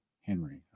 Henry